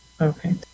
Okay